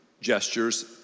gestures